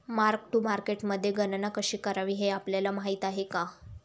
Mark to मार्केटमध्ये गणना कशी करावी हे आपल्याला माहित आहे का?